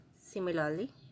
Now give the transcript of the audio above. Similarly